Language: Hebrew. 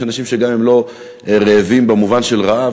יש אנשים שגם אם הם לא רעבים במובן של רעב,